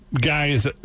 Guys